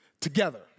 together